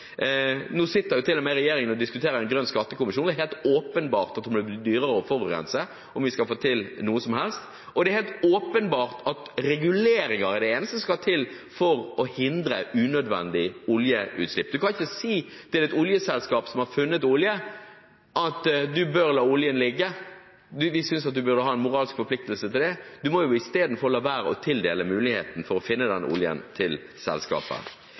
Nå sitter jo til og med regjeringen og diskuterer Grønn skattekommisjon. Det er helt åpenbart at det må bli dyrere å forurense om vi skal få til noe som helst. Og det er helt åpenbart at reguleringer er det eneste som skal til for å hindre unødvendig oljeutslipp. Man kan ikke si til et oljeselskap som har funnet olje, at de bør la oljen ligge, at man synes de burde ha en moralsk forpliktelse til det. Man må jo istedenfor la være å tildele muligheten for å finne denne oljen til